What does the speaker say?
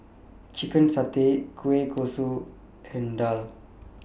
Chicken Satay Kueh Kosui and Daal